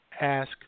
Ask